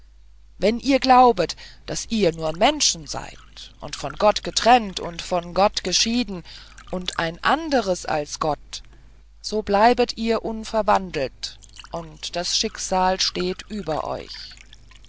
wenn ihr glaubtet daß ihr nur menschen seid und von gott getrennt und von gott geschieden und ein anderes als gott so bleibet ihr unverwandelt und das schicksal steht über euch